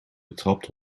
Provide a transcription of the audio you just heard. betrapt